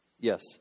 Yes